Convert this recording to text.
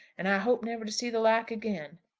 and i hope never to see the like again.